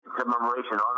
commemoration